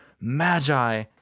Magi